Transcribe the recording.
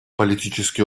политически